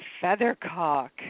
Feathercock